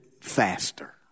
faster